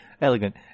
elegant